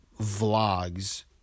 vlogs